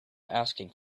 asking